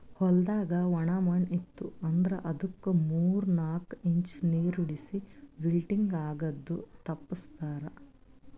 ಹೊಲ್ದಾಗ ಒಣ ಮಣ್ಣ ಇತ್ತು ಅಂದ್ರ ಅದುಕ್ ಮೂರ್ ನಾಕು ಇಂಚ್ ನೀರುಣಿಸಿ ವಿಲ್ಟಿಂಗ್ ಆಗದು ತಪ್ಪಸ್ತಾರ್